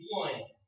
one